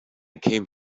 came